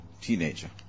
teenager